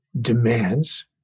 demands